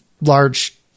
large